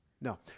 No